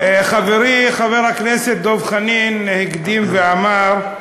חברי חבר הכנסת דב חנין הקדים ואמר: